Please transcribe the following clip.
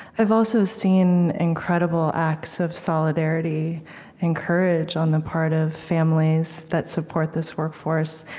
i've also seen incredible acts of solidarity and courage on the part of families that support this workforce.